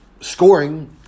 scoring